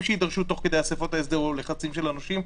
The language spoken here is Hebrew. שיידרשו תוך כדי אספות ההסדר או לחצים של הנושים.